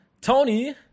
Tony